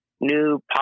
new